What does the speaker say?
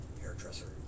hairdresser